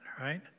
right